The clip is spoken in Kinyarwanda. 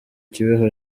kibeho